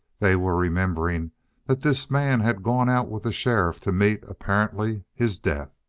they were remembering that this man had gone out with the sheriff to meet, apparently, his death.